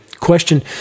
Question